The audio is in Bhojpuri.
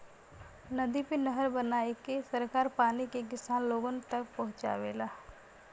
नदी पे नहर बनाईके सरकार पानी के किसान लोगन तक पहुंचावेला